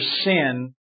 sin